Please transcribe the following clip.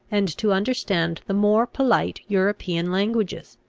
and to understand the more polite european languages.